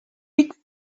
big